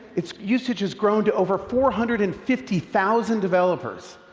its usage has grown to over four hundred and fifty thousand developers.